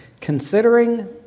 considering